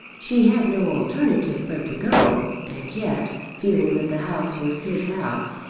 she had no alternative but to go, and yet, feeling that the house was his house,